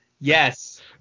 Yes